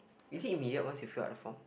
is it immediate once you fill up the form